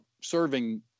serving